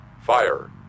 Fire